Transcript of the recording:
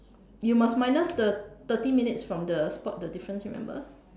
you must minus the thirty minutes from the spot the difference remember